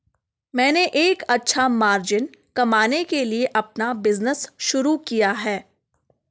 मैंने एक अच्छा मार्जिन कमाने के लिए अपना बिज़नेस शुरू किया है